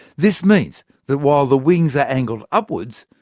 this means that while the wings are angled upwards,